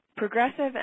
Progressive